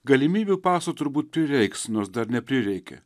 galimybių paso turbūt prireiks nors dar neprireikė